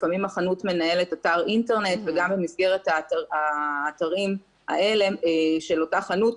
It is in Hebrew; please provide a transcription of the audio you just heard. לפעמים החנות מנהלת אתר אינטרנט וגם במסגרת האתרים האלה של אותה חנות,